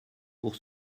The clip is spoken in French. pour